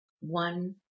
One